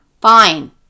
Fine